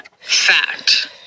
fact